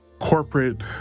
corporate